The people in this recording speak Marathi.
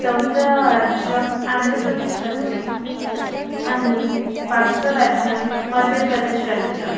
चौथं राज्य आंध्रप्रदेश राज्य आणि पाचवं राज्य मध्यप्रदेश राज्य